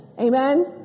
Amen